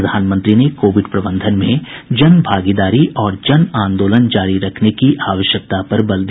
प्रधानमंत्री ने कोविड प्रबंधन में जन भागीदारी और जन आंदोलन जारी रखने की जरूरत पर जोर दिया